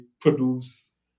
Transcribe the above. produce